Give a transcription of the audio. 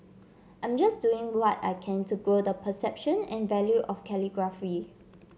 I'm just doing what I can to grow the perception and value of calligraphy